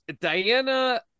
Diana